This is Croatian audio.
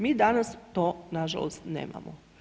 Mi danas to nažalost nemamo.